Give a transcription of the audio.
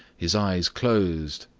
his eyes closed,